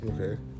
Okay